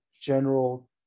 general